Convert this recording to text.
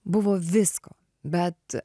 buvo visko bet